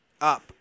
up